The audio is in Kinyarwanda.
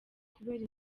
kubera